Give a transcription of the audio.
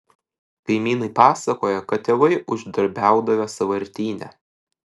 kaimynai pasakoja kad tėvai uždarbiaudavę sąvartyne